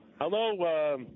Hello